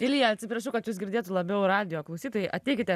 ilja atsiprašau kad jus girdėtų labiau radijo klausytojai ateikite